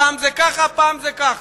פעם זה ככה ופעם זה ככה.